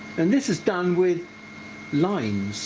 and this is done with lines